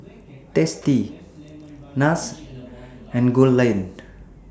tasty Nars and Goldlion